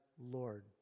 Lord